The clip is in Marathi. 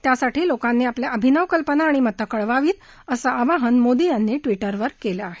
त्यासाठी लोकांनी आपल्या अभिनव कल्पना आणि मत कळवावीत असं आवाहन मोदी यांनी ट्विटरवर केलं आहे